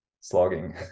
slogging